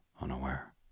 unaware